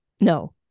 no